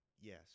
yes